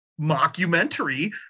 mockumentary